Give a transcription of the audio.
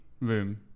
room